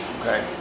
okay